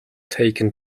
taken